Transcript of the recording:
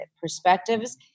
perspectives